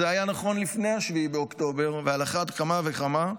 זה היה נכון לפני 7 באוקטובר ועל אחת וכמה עכשיו,